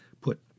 put